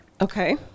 okay